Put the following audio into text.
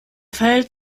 verhält